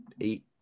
eight